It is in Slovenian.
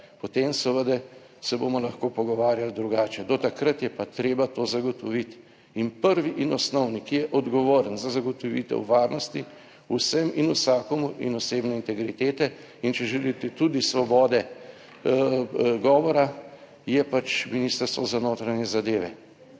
seveda se bomo lahko pogovarjali drugače. Do takrat je pa treba to zagotoviti. Prvi in osnovni, ki je odgovoren za zagotovitev varnosti vsem in vsakomur in osebne integritete in če želite tudi svobode govora, je pač Ministrstvo za notranje zadeve.